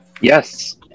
Yes